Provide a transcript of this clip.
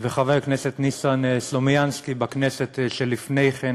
וחבר הכנסת ניסן סלומינסקי בכנסת שלפני כן,